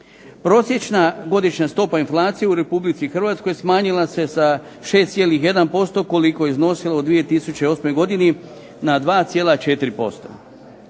Prosječna godišnja stopa inflacije u Republici Hrvatskoj smanjila se sa 6,1% koliko je iznosila u 2008. godini na 2,4%.